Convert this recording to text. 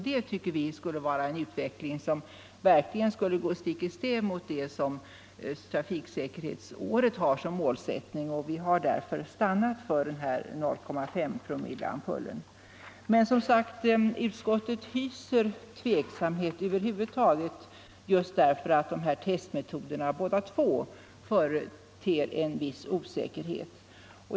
Den utvecklingen tycker vi verkligen skulle gå stick i stäv mot trafiksäkerhetsårets målsättning, och vi har därför stannat vid att föreslå 0,5-promilleampullen. Utskottet hyser som sagt tveksamhet över huvud taget just därför att båda de här testmetoderna inte är exakta.